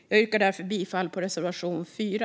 Jag yrkar därför bifall till reservation 4.